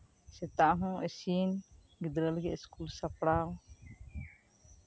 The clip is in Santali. ᱥᱮᱛᱟᱜ ᱦᱚᱸ ᱤᱥᱤᱱ ᱜᱤᱫᱽᱨᱟᱹ ᱞᱟᱹᱜᱤᱫ ᱥᱠᱩᱞ ᱥᱟᱯᱲᱟᱣ